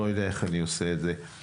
לא יודע איך אני עושה את זה.